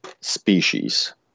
species